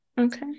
Okay